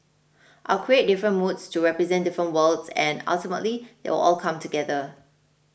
I'll create different moods to represent different worlds and ultimately they will all come together